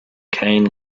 kane